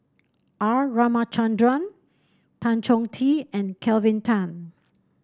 R Ramachandran Tan Chong Tee and Kelvin Tan